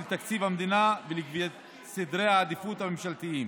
תקציב המדינה ולקביעת סדרי העדיפויות הממשלתיים.